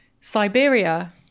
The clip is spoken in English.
Siberia